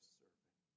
serving